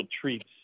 treats